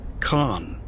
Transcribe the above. Khan